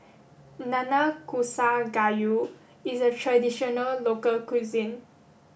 Nanakusa Gayu is a traditional local cuisine